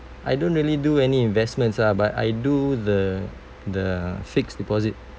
I don't really do any investments lah but I do the the fixed deposit